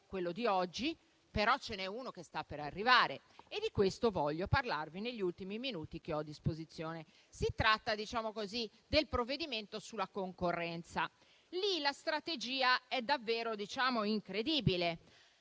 quello di oggi. E però ce n'è uno che sta per arrivare e di questo voglio parlarvi negli ultimi minuti che ho a disposizione: si tratta del provvedimento sulla concorrenza. Lì la strategia è davvero incredibile.